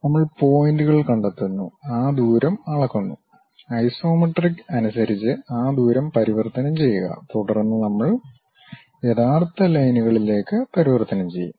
നമ്മൾ പോയിന്റുകൾ കണ്ടെത്തുന്നു ആ ദൂരം അളക്കുന്നു ഐസോമെട്രിക് അനുസരിച്ച് ആ ദൂരം പരിവർത്തനം ചെയ്യുക തുടർന്ന് നമ്മൾ യഥാർത്ഥ ലൈൻകളിലേക്ക് പരിവർത്തനം ചെയ്യും